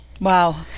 Wow